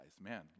Man